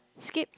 skip